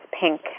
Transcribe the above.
pink